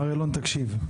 מר אילון, תקשיב.